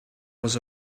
was